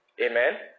Amen